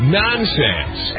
nonsense